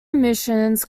emissions